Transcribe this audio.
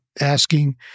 asking